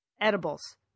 edibles